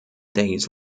days